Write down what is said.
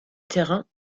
terrain